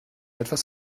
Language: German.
etwas